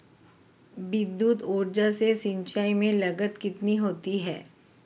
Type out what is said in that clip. विद्युत ऊर्जा से सिंचाई में लागत कितनी होती है?